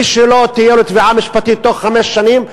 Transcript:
מי שלא תהיה לו תביעה משפטית תוך חמש שנים,